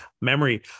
Memory